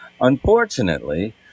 unfortunately